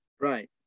Right